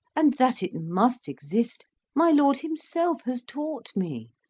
and that it must exist my lord himself has taught me.